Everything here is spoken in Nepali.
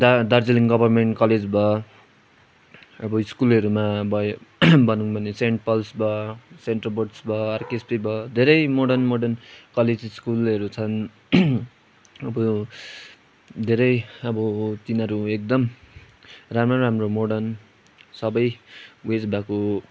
दार्जिलिङ गभर्मेन्ट कलेज भयो अब स्कुलहरूमा भयो भनौँ भने सेन्ट पल्स भयो सेन्ट रोबर्ट्स भयो आरकेएसपी भयो धेरै मर्डन मर्डन कलेज स्कुलहरू छन् अब धेरै अब तिनीहरू एकदम राम्रो राम्रो मर्डन सबै उयस भएको